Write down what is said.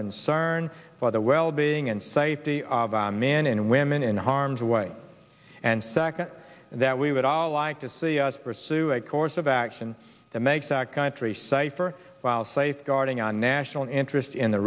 concern for the well being and safety of our men and women in harm's way and second that we would all like to see us pursue a course of action that makes our country safer while safeguarding our national interest in the